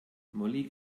molly